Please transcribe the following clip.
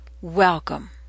Welcome